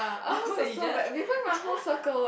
how about we just